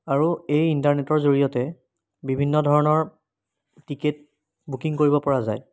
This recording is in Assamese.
আৰু এই ইণ্টাৰনেটৰ জৰিয়তে বিভিন্ন ধৰণৰ টিকেট বুকিং কৰিব পৰা যায়